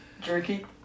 jerky